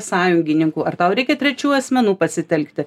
sąjungininkų ar tau reikia trečių asmenų pasitelkti